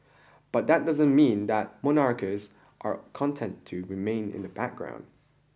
but that doesn't mean that monarchs are content to remain in the background